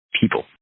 people